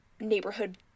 neighborhood